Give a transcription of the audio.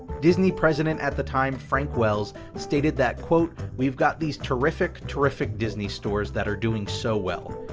disney president at the time, frank wells, stated that we've got these terrific, terrific disney stores that are doing so well,